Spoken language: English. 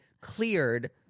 cleared